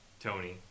Tony